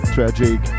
Tragic